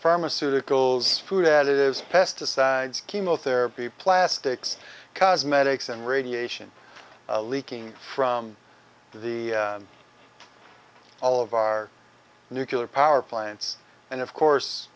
pharmaceuticals food additives pesticides chemotherapy plastics cosmetics and radiation leaking from the all of our nuclear power plants and of course